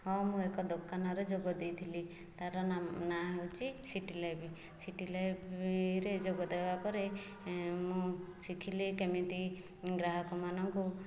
ହଁ ମୁଁ ଏକ ଦୋକାନରେ ଯୋଗ ଦେଇଥିଲି ତା'ର ନାମ ନାଁ ହେଉଛି ସିଟିଲାଇଫ ସିଟିଲାଇଫରେ ଯୋଗ ଦେବା ପରେ ମୁଁ ଶିଖିଲି କେମିତି ଗ୍ରାହକମାନଙ୍କୁ